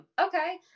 okay